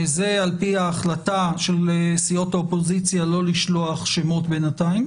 זה על פי ההחלטה של סיעות האופוזיציה לא לשלוח שמות בינתיים,